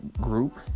group